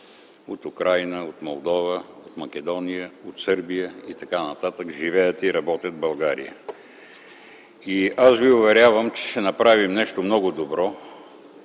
от Украйна, от Молдова, от Македония, от Сърбия и така нататък – живеят и работят в България. Аз ви уверявам, че ще направим нещо много добро,